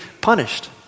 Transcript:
punished